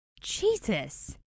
Jesus